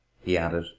he added,